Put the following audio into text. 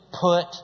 Put